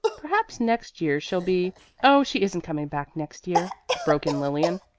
perhaps next year she'll be oh, she isn't coming back next year, broke in lilian.